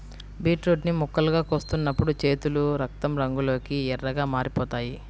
beetroot ని ముక్కలుగా కోస్తున్నప్పుడు చేతులు రక్తం రంగులోకి ఎర్రగా మారిపోతాయి